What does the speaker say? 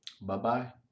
Bye-bye